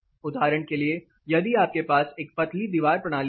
उदाहरण के लिए यदि आपके पास एक पतली दीवार प्रणाली है